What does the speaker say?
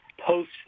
post